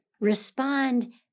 Respond